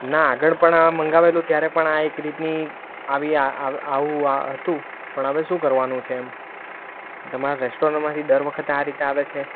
ના આગળ પણ આ મંગાવેલું ત્યારે પણ આ એક રીતની આવી આ આ આવું આ હતું પણ હવે શું કરવાનું છે એમ તમારા રેસ્ટોરન્ટમાંથી દરવખત આ રીતે આવે છે